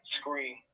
scream